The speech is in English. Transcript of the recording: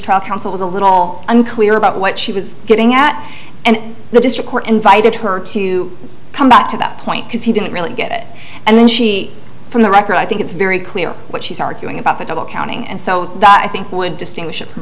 trial counsel was a little unclear about what she was getting at and the district court invited her to come back to that point because he didn't really get it and then she from the record i think it's very clear what she's arguing about the double counting and so that i think would distinguish it from